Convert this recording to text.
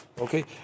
okay